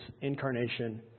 incarnation